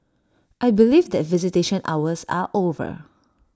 I believe that visitation hours are over